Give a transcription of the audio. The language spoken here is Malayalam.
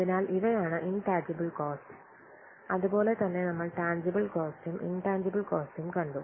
അതിനാൽ ഇവയാണ് ഇൻട്ടാജിബിൽ കോസ്റ്റ് അതുപോലെ തന്നെ നമ്മൾ ടാൻജിബിൽ കോസ്റ്റും ഇൻടാൻജിബിൽ കോസ്റ്റും കണ്ടു